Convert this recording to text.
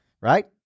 Right